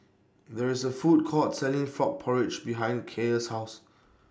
There IS A Food Court Selling Frog Porridge behind Kaia's House